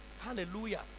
Hallelujah